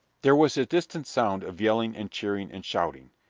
there was a distant sound of yelling and cheering and shouting.